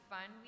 Fun